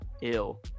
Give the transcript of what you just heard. ill